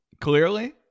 clearly